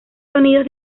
sonidos